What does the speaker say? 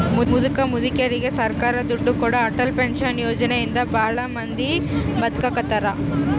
ಮುದುಕ ಮುದುಕೆರಿಗೆ ಸರ್ಕಾರ ದುಡ್ಡು ಕೊಡೋ ಅಟಲ್ ಪೆನ್ಶನ್ ಯೋಜನೆ ಇಂದ ಭಾಳ ಮಂದಿ ಬದುಕಾಕತ್ತಾರ